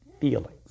feelings